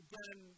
Again